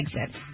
exit